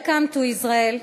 Welcome to Israel,